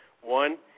One